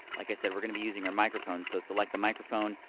like i said, we're gonna be using our microphone, so select the microphone,